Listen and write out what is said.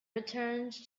returned